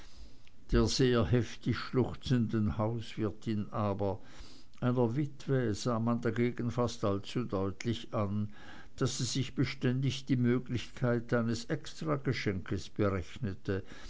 der sehr heftig schluchzenden hauswirtin aber einer witwe sah man dagegen fast allzu deutlich an daß sie sich beständig die möglichkeit eines extrageschenkes berechnete